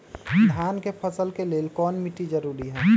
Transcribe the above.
धान के फसल के लेल कौन मिट्टी जरूरी है?